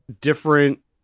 different